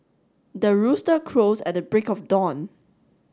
the rooster crows at the break of dawn